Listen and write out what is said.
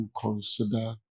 consider